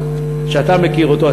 שאתה מכיר אותו,